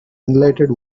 enlightened